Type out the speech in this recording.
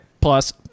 plus